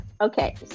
okay